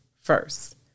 first